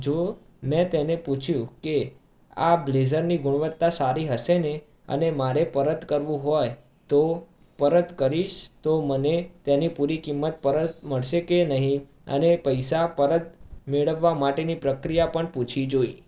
જો મેં તેને પૂછ્યું કે આ બ્લેઝરની ગુણવત્તા સારી હશેને અને મારે પરત કરવું હોય તો પરત કરીશ તો મને તેની પૂરી કિંમત મળશે કે નહીં અને પૈસા પરત મેળવવા માટેની પ્રક્રિયા પણ પૂછી જોઈ